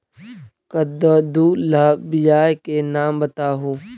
कददु ला बियाह के नाम बताहु?